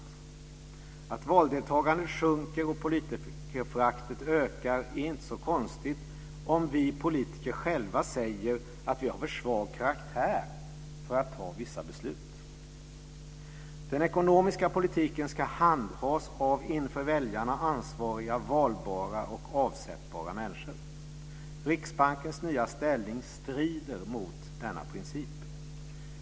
Att valdeltagandet sjunker och politikerföraktet ökar är inte så konstigt om vi politiker själva säger att vi har för svag karaktär för att fatta vissa beslut. Den ekonomiska politiken ska handhas av inför väljarna ansvariga, valbara och avsättbara människor. Riksbankens nya ställning strider mot denna princip.